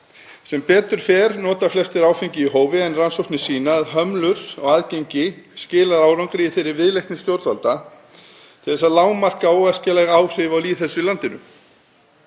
Sem betur fer nota flestir áfengi í hófi en rannsóknir sýna að hömlur á aðgengi skila árangri í þeirri viðleitni stjórnvalda að lágmarka óæskileg áhrif á lýðheilsu í landinu.